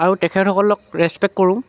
আৰু তেখেতসকলক ৰেচপেক্ট কৰোঁ